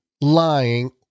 lying